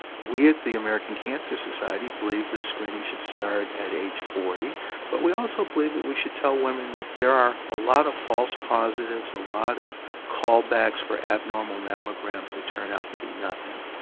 we at the american cancer society believe that screening should start at age forty but we also believe that we should tell women that there are a lot of false positives, a lot of call backs for abnormal mammograms that turn out to be nothing.